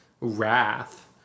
wrath